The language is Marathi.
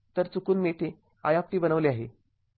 तर चुकून मी ते i बनवले आहे